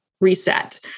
reset